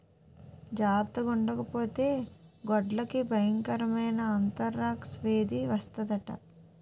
జార్తగుండకపోతే గొడ్లకి బయంకరమైన ఆంతరాక్స్ వేది వస్తందట